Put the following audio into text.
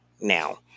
now